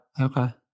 Okay